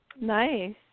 Nice